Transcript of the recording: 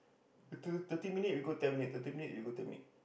thir~ thirty minute we go ten minute thirty minute we go ten minute